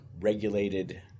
regulated